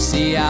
See